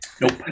nope